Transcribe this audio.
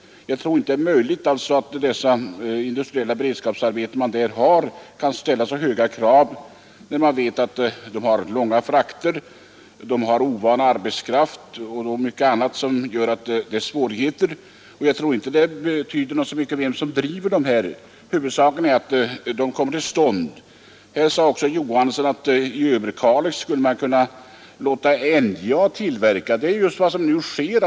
Jag tror inte att vi på de industriella beredskapsarbeten man där har kan ställa så höga krav, när vi vet att de har långa frakter, ovan arbetskraft och mycket annat som gör att det blir svårigheter. Men jag tror inte att det betyder så mycket vem som driver Nr 102 dessa arbeten; huvudsaken är att de kommer till stånd. Herr Johansson i Holmgården sade också att man i Överkalix skulle Måndagen den kunna låta NJA stå för produktionen. Det är just vad som nu sker.